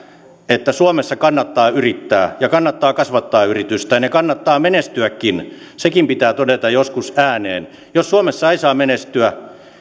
että suomessa kannattaa yrittää ja kannattaa kasvattaa yritystään ja kannattaa menestyäkin sekin pitää todeta joskus ääneen jos suomessa ei saa menestyä niin